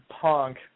Punk